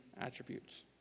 attributes